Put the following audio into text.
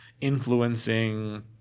influencing